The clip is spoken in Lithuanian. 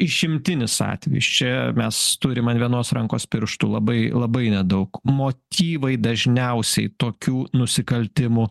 išimtinis atvejis čia mes turim ant vienos rankos pirštų labai labai nedaug motyvai dažniausiai tokių nusikaltimų